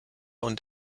und